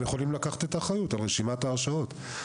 הם יכולים לקחת את האחריות על רשימת ההרשאות.